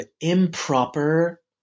improper